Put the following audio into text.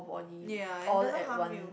ya and doesn't harm you